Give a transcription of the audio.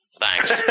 Thanks